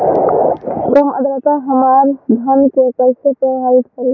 कम आद्रता हमार धान के कइसे प्रभावित करी?